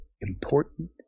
important